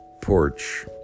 porch